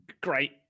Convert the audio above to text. Great